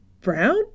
brown